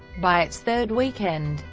by its third weekend,